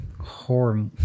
horror